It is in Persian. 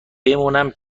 بمونم